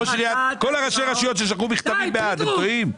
כל ראשי הרשויות ששלחו מכתבים בעד, הם טועים?